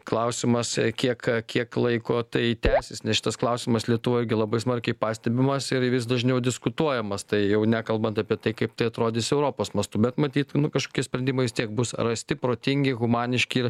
klausimas kiek kiek laiko tai tęsis nes šitas klausimas lietuvoj gi labai smarkiai pastebimas ir vis dažniau diskutuojamas tai jau nekalbant apie tai kaip tai atrodys europos mastu bet matyt kažkokie sprendimai vis tiek bus rasti protingi humaniški